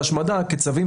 בקנביס.